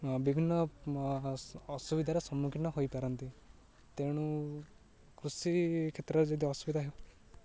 ବିଭିନ୍ନ ଅସୁବିଧାର ସମ୍ମୁଖୀନ ହୋଇପାରନ୍ତି ତେଣୁ କୃଷି କ୍ଷେତ୍ରରେ ଯଦି ଅସୁବିଧା ହେଉ